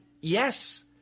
yes